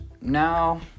Now